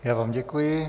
Já vám děkuji.